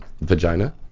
vagina